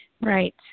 Right